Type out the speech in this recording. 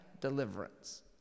deliverance